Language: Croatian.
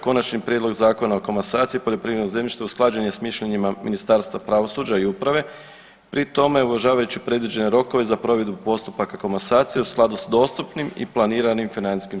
Konačni prijedlog Zakona o komasaciji poljoprivrednog zemljišta usklađen je s mišljenjima Ministarstva pravosuđa i uprave pri tome uvažavajući predviđene rokove za provedbu postupaka komasacije u skladu s dostupnim i planiranim financijskim